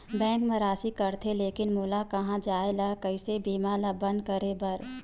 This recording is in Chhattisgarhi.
बैंक मा राशि कटथे लेकिन मोला कहां जाय ला कइसे बीमा ला बंद करे बार?